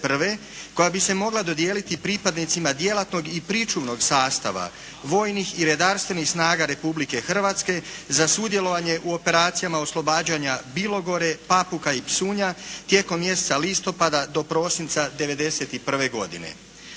koja bi se mogla dodijeliti pripadnicima djelatnog i pričuvnog sastava vojnih i redarstvenih snaga Republike Hrvatske za sudjelovanje u operacijama oslobađanja Bilogore, Papuka i Psunja tijekom mjeseca listopada do prosinca '91. godine.